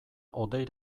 hodei